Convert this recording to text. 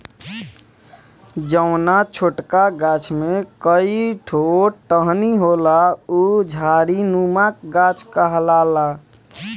जौना छोटका गाछ में कई ठो टहनी होला उ झाड़ीनुमा गाछ कहाला